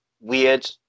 weird